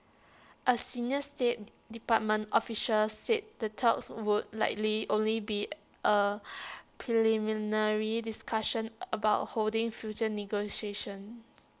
A senior state department official said the talks would likely only be A preliminary discussion about holding future negotiations